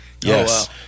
Yes